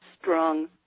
strong